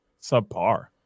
subpar